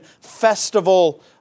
festival